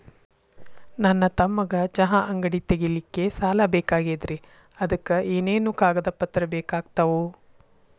ನನ್ನ ತಮ್ಮಗ ಚಹಾ ಅಂಗಡಿ ತಗಿಲಿಕ್ಕೆ ಸಾಲ ಬೇಕಾಗೆದ್ರಿ ಅದಕ ಏನೇನು ಕಾಗದ ಪತ್ರ ಬೇಕಾಗ್ತವು?